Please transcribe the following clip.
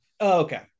Okay